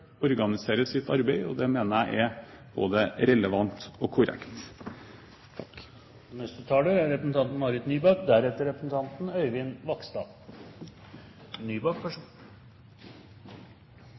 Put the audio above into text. sitt arbeid. Det mener jeg er både relevant og korrekt.